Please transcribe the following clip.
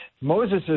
Moses